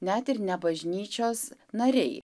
net ir ne bažnyčios nariai